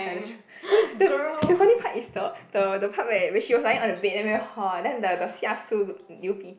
ya that's true then then the funny part is the the part where where she was lying on the bed then very hot then the the Xia Su Liu Pi